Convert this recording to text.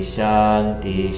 Shanti